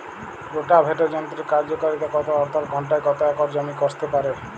Rotavator যন্ত্রের কার্যকারিতা কত অর্থাৎ ঘণ্টায় কত একর জমি কষতে পারে?